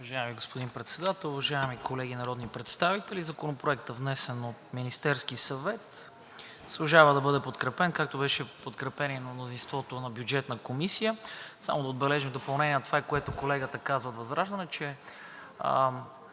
Уважаеми господин Председател, уважаеми колеги народни представители! Законопроектът, внесен от Министерския съвет, заслужава да бъде подкрепен, както беше подкрепен и на мнозинство на Бюджетната комисия. Само да отбележа в допълнение на това, което колегата каза от ВЪЗРАЖДАНЕ, че